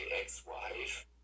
ex-wife